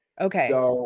Okay